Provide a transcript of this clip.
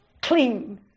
Clean